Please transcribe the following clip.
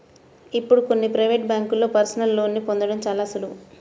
ఇప్పుడు కొన్ని ప్రవేటు బ్యేంకుల్లో పర్సనల్ లోన్ని పొందడం చాలా సులువు